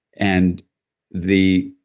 and the